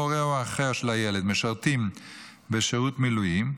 הורהו האחר של הילד משרתים בשירות מילואים,